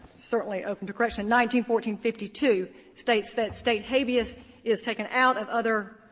certainly open to correction. nineteen fourteen fifty two states that state habeas is taken out of other